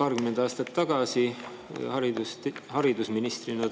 Paarkümmend aastat tagasi haridusministrina